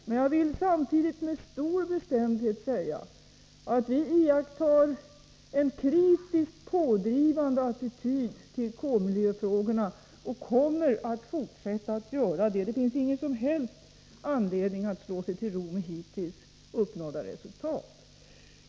Men jag vill samtidigt med stor bestämdhet säga att vi intar en kraftigt pådrivande attityd till kolmiljöfrågorna och kommer att fortsätta att göra det. Det finns ingen som helst anledning att slå sig till ro med hittills uppnådda resultat.